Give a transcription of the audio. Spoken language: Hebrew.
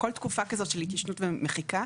כל תקופה כזאת של התיישנות ומחיקה,